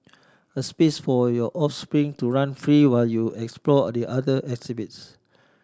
a space for your offspring to run free while you explore the other exhibits